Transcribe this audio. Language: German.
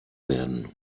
werden